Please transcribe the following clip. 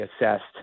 assessed